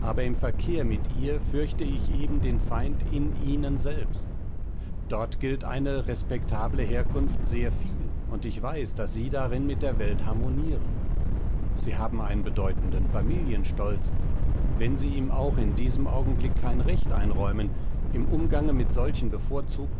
im verkehr mit ihr fürchte ich eben den feind in ihnen selbst dort gilt eine respektable herkunft sehr viel und ich weiß daß sie darin mit der welt harmonieren sie haben einen bedeutenden familienstolz wenn sie ihm auch in diesem augenblick kein recht einräumen im umgange mit solchen bevorzugten